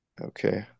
Okay